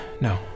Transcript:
No